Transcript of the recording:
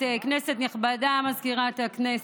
כנסת נכבדה, מזכירת הכנסת,